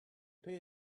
pay